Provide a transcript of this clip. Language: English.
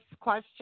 question